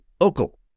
local